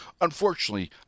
Unfortunately